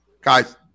guys